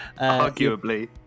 Arguably